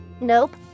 nope